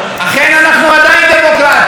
כן, קיים פחד.